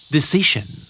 Decision